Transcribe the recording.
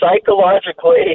psychologically